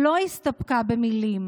לא הסתפקה במילים